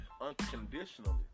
Unconditionally